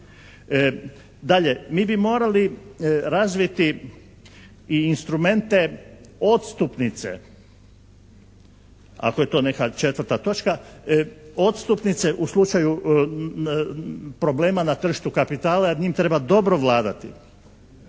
Dalje, mi bi morali razviti i instrumente odstupnice ako je to neka četvrta točka, odstupnice u slučaju problema na tržištu kapitala jer njime treba dobro vladati.